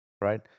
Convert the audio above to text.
right